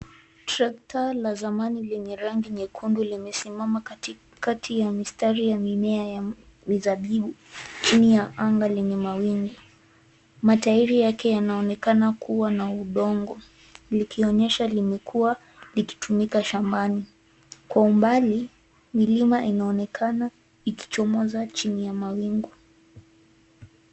Trekta la zamani lenye rangi nyekundu limesimama kati kati ya mistari ya mimea ya mizabibu chini ya anga lenye mawingu. Matairi yake yanaonekana kuwa na udongo likionyesha limekua likitumika shambani. Kwa umbali, milima inaonekana ikichomoza chini ya mawingu.